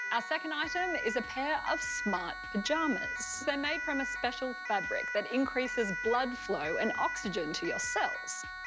ah second item is a pair of smart pajamas. they're made from a special fabric that increases blood flow and oxygen to your cells.